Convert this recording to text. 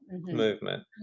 movement